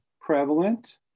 prevalent